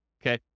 okay